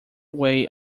way